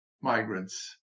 migrants